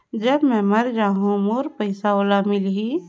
जब मै मर जाहूं तो मोर पइसा ओला मिली?